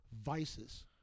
vices